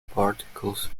particles